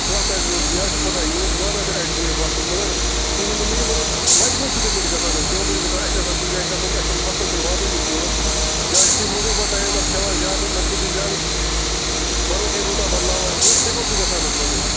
پَرٛتھ اَڈِ گنٛٹہٕ یہِ حظ چھِ پتہٕ یور چھِ واتان تیٚلہِ اَڑِ گنٹہٕ پتھ کُن مگر تُہۍ ؤنۍتَو مےٚ یہِ مطلب وَتہِ کوٚت چھُو تُہۍ پتہٕ گژھان حظ غٲبٕے گژھان اَسہِ چھِ آسان کُنہِ جایہِ گژھُن اَسہِ چھِنہٕ وقتَس پٮ۪ٹھ واتانٕے تور یا چھُ تُہۍ منٛزٕے پتہٕ ٹایِم حظ کھیٚوان زیادٕ نَتہٕ چھُو تُہۍ زیادٕ بَدل کیٚنہہ روٗٹاہ بدلاوان کیٚنٛہہ تُہۍ کوٚت چھُو گژھان حظ منٛزٕے